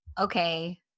Okay